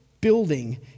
building